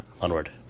Onward